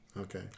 Okay